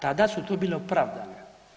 Tada su to bile opravdane.